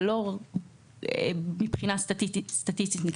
ולא מבחינה סטטיסטית.